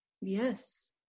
Yes